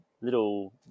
little